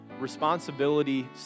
responsibility